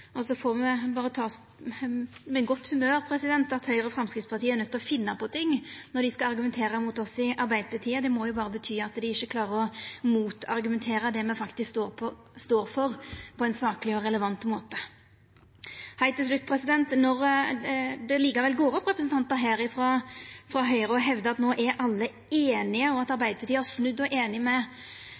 Og så får me berre ta med godt humør at Høgre og Framstegspartiet er nøydde til å finna på ting når dei skal argumentera mot oss i Arbeidarpartiet. Det må jo berre bety at dei ikkje klarer å argumentera mot det me faktisk står for, på ein sakleg og relevant måte. Heilt til slutt: Når det likevel går representantar frå Høgre opp hit og hevdar at no er alle einige, og at Arbeidarpartiet har snudd og er einig med